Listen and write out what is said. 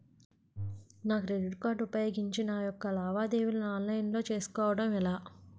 నా credit card ఉపయోగించి నా యెక్క లావాదేవీలను ఆన్లైన్ లో చేసుకోవడం ఎలా?